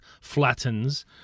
flattens